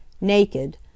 naked